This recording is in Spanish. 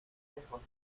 lejos